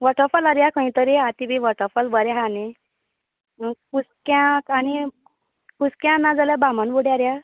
वॉटरफॉलारान बी या खंयतरी आं थी वॉटरफॉल बी बरे हा न्ही कुस्क्या आनी कुस्क्या नाजाल्यार बामणबूड्यार या